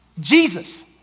Jesus